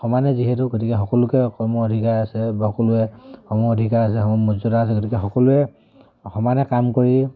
সমানে যিহেতু গতিকে সকলোকে কৰ্ম অধিকাৰ আছে বা সকলোৰে সম অধিকাৰ আছে সম মৰ্যাদা আছে গতিকে সকলোৱে সমানে কাম কৰি